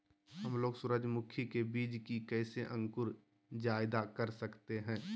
हमलोग सूरजमुखी के बिज की कैसे अंकुर जायदा कर सकते हैं?